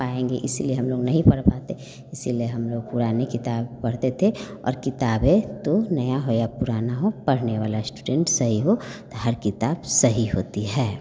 पाएंगे इसीलिए हम लोग नहीं पढ़ पाते इसलिए हम लोग पुरानी किताब पढ़ते थे और किताबें तो नई हो या पुरानी हो पढ़ने वाला स्टूडेंट सही हो तो हर किताब सही होती है